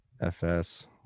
FS